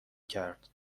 کرد